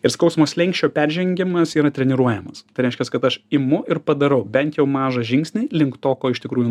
ir skausmo slenksčio peržengimas yra treniruojamas tai reiškias kad aš imu ir padarau bent jau mažą žingsnį link to ko iš tikrųjų